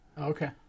Okay